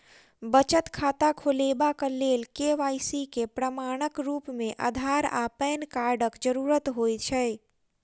बचत खाता खोलेबाक लेल के.वाई.सी केँ प्रमाणक रूप मेँ अधार आ पैन कार्डक जरूरत होइ छै